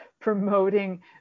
promoting